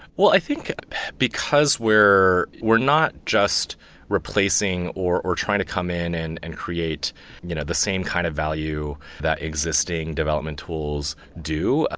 well, i think because we're we're not just replacing, or or trying to come in and and create you know the same kind of value that existing development tools do, ah